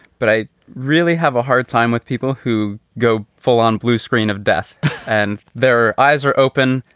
but i really have a hard time with people who go full on blue screen of death and their eyes are open.